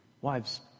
wives